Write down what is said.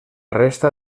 resta